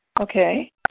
Okay